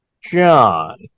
John